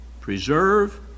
preserve